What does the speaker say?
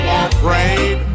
afraid